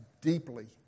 deeply